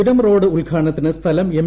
ചുരം റോഡ് ഉദ്ഘാടനത്തിന് സ്ഥലം എം